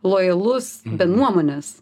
lojalus be nuomonės